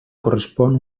correspon